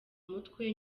mutwe